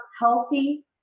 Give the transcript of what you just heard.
healthy